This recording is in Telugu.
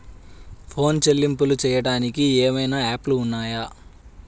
ఫోన్ చెల్లింపులు చెయ్యటానికి ఏవైనా యాప్లు ఉన్నాయా?